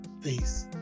Peace